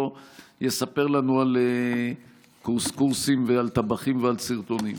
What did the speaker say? יספר לנו על קורסים ועל טבחים ועל סרטונים.